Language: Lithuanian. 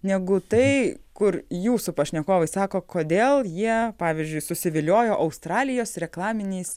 negu tai kur jūsų pašnekovai sako kodėl jie pavyzdžiui susiviliojo australijos reklaminiais